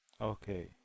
Okay